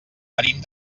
venim